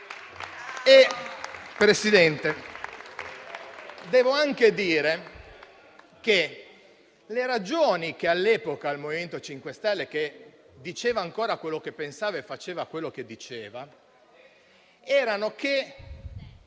devo anche dire che le ragioni che all'epoca il Movimento 5 Stelle, che diceva ancora quello che pensava e faceva quello che diceva, erano che